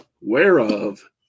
whereof